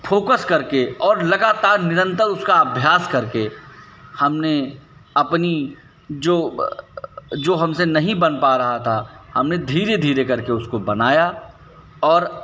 focus करके और लगातार निरंतर उसका अभ्यास करके हमने अपनी जो जो हमसे नहीं बन पा रहा था हमने धीरे धीरे करके उसको बनाया और